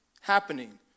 happening